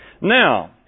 Now